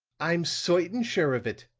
i'm certain sure of it,